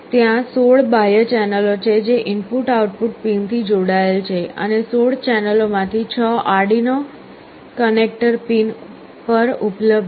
ત્યાં 16 બાહ્ય ચેનલો છે જે ઇનપુટ આઉટપુટ પિનથી જોડાયેલ છે અને 16 ચેનલોમાંથી 6 આર્ડિનો કનેક્ટર પિન પર ઉપલબ્ધ છે